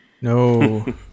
No